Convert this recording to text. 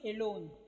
alone